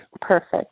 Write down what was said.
Perfect